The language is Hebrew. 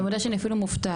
אני מודה שאני אפילו מופתעת.